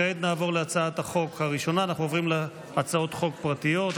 אנחנו עוברים להצעות חוק פרטיות,